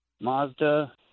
Mazda